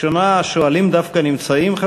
השואלים דווקא נמצאים.